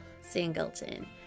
Singleton